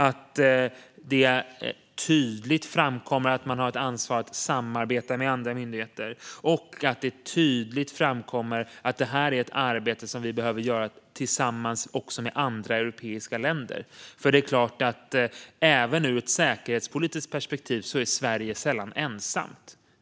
Det framkommer tydligt att de har ett ansvar att samarbeta med andra myndigheter, och det framkommer tydligt att detta är ett arbete som vi behöver göra tillsammans med andra europeiska länder. Kompletterande bestämmelser till EU:s förordning om utländska direkt-investeringar Även ur ett säkerhetspolitiskt perspektiv är vi i Sverige nämligen sällan ensamma.